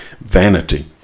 vanity